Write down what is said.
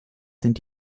sind